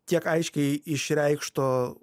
tiek aiškiai išreikšto